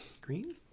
green